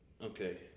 Okay